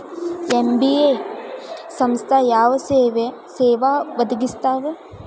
NBF ಸಂಸ್ಥಾ ಯಾವ ಸೇವಾ ಒದಗಿಸ್ತಾವ?